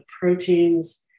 proteins